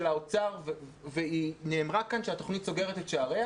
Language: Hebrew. האוצר והיא נאמרה כאן: שהתוכנית סוגרת את שעריה